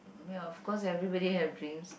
I mean of course everybody have dreams